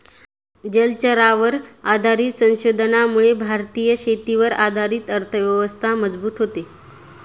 जलचरांवर आधारित संशोधनामुळे भारतीय शेतीवर आधारित अर्थव्यवस्था मजबूत होते